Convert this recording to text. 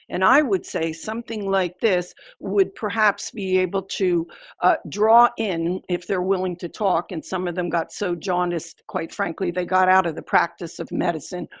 and i would say something like this would perhaps be able to draw in if they're willing to talk and some of them got so jaundiced, quite frankly, they got out of the practice of medicine,